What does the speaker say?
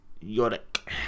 Yorick